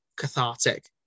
cathartic